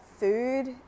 food